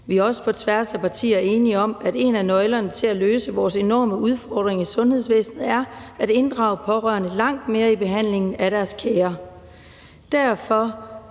Vi er også på tværs af partier enige om, at en af nøglerne til at løse vores enorme udfordringer i sundhedsvæsenet er at inddrage pårørende langt mere i behandlingen af deres kære.